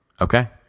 Okay